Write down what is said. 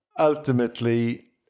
Ultimately